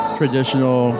traditional